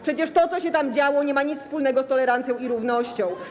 Przecież to, co się tam działo, nie ma nic wspólnego z tolerancją i równością.